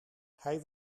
hij